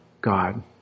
God